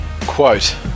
quote